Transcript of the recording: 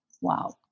Wow